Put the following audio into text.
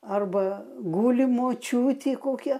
arba guli močiutė kokia